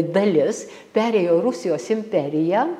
dalis perėjo rusijos imperiją